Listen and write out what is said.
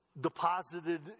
deposited